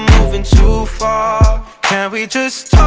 movin' too far can we just